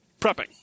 prepping